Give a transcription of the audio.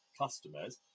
customers